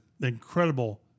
incredible